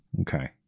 Okay